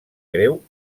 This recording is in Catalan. greu